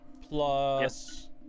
Plus